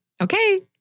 Okay